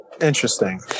Interesting